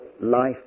life